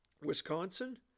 wisconsin